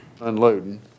unloading